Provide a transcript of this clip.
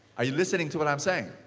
are you listening to what i'm saying?